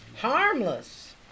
harmless